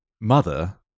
Mother